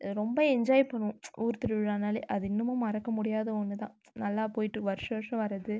ரொம்ப என்ஜாய் பண்ணுவோம் ஊர் திருவிழானாலே அது இன்னமும் மறக்க முடியாத ஒன்று தான் நல்லா போய்ட்டு வர்ஷோம் வர்ஷோம் வரது